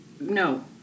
No